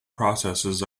processes